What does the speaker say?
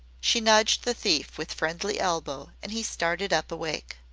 she nudged the thief with friendly elbow and he started up awake.